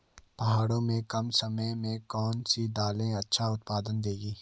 पहाड़ों में कम समय में कौन सी दालें अच्छा उत्पादन देंगी?